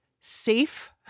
safe